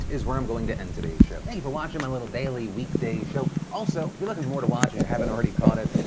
is where i'm going to end today's show. thank you for watching my little daily weekday show. also, if you're lookin' for more to watch, and you haven't already caught it,